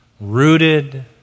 rooted